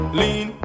lean